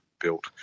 built